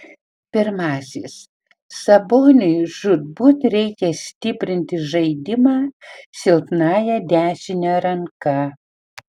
pirmasis saboniui žūtbūt reikia stiprinti žaidimą silpnąja dešine ranka